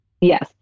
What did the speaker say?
Yes